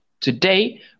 today